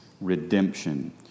redemption